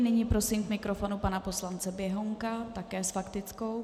Nyní prosím k mikrofonu pana poslance Běhounka také s faktickou.